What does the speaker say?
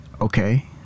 okay